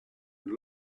and